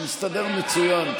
הוא מסתדר מצוין,